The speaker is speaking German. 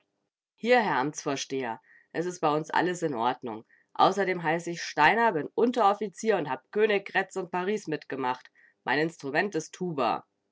hier herr amtsvorsteher es ist bei uns alles in ordnung außerdem heiße ich steiner bin unteroffizier und hab königgrätz und paris mitgemacht mein instrument is tuba